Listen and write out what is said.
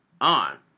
on